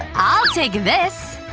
i'll take this!